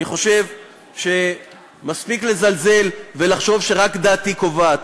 אני חושב שמספיק לזלזל ולחשוב שרק דעתי קובעת.